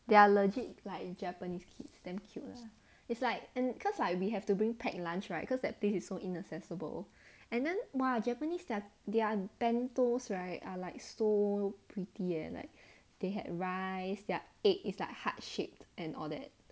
they are legit like japanese kids damn cute lah it's like and cause like we have to bring packed lunch right cause that place is so inaccessible and then !wah! japanese their their bentos right are like so pretty and like they had rice their egg is like heart shape and all that